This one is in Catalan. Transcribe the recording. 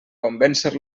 convèncer